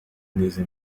n’izi